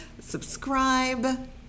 subscribe